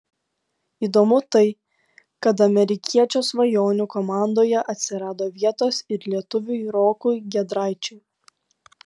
įdomu tai kad amerikiečio svajonių komandoje atsirado vietos ir lietuviui rokui giedraičiui